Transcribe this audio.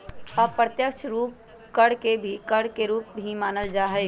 अप्रत्यक्ष कर के भी कर के एक रूप ही मानल जाहई